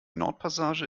nordpassage